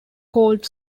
called